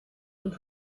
und